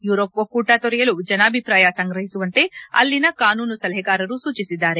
Europe ಒಕ್ನೂಟ ತೊರೆಯಲು ಜನಾಭಿಪ್ರಾಯ ಸಂಗ್ರಹಿಸುವಂತೆ ಅಲ್ಲಿನ ಕಾನೂನು ಸಲಹೆಗಾರರು ಸೂಚಿಸಿದ್ದಾರೆ